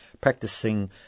practicing